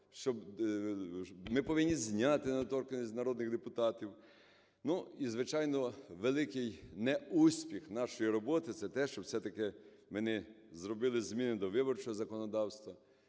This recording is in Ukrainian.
ми повинні зняти недоторканість з народних депутатів. Ну і, звичайно, великий неуспіх нашої роботи – це те, що все-таки ми не зробили зміни до виборчого законодавства.